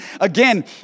Again